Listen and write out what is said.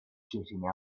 jetting